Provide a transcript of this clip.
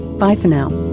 bye for now